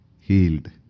healed